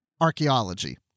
archaeology